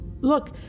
Look